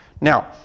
Now